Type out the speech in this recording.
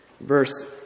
verse